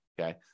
okay